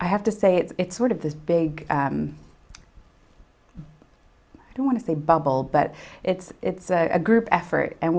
i have to say it's sort of the big i don't want to say bubble but it's it's a group effort and